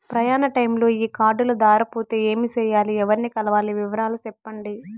ప్రయాణ టైములో ఈ కార్డులు దారబోతే ఏమి సెయ్యాలి? ఎవర్ని కలవాలి? వివరాలు సెప్పండి?